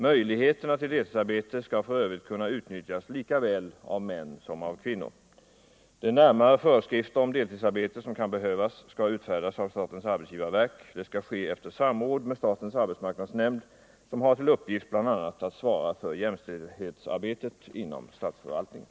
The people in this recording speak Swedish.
Möjligheterna till deltidsarbete skall f. ö. kunna utnyttjas lika väl av män som av kvinnor. De närmare föreskrifter om deltidsarbete som kan behövas skall utfärdas av statens arbetsgivarverk. Det skall ske efter samråd med statens arbetsmarknadsnämnd, som har till uppgift bl.a. att svara för jämställdhetsarbetet inom statsförvaltningen.